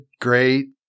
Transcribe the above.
great